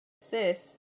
sis